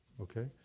okay